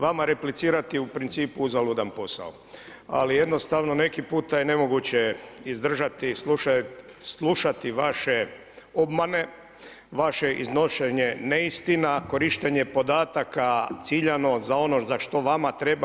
Vama replicirati u principu uzaludan posao, ali jednostavno neki puta je nemoguće izdržati slušati vaše obmane, vaše iznošenje neistina, korištenje podataka ciljano za ono za što vama treba.